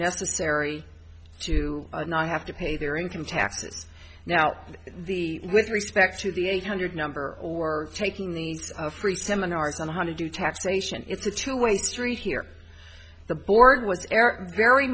necessary to not have to pay their income taxes now the with respect to the eight hundred number or taking the free seminars on how to do taxation it's a two way street here the board was very